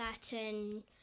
certain